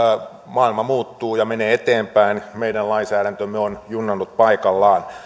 maailma muuttuu ja menee eteenpäin meidän lainsäädäntömme on junnannut paikallaan ja